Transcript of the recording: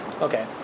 Okay